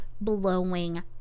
blowing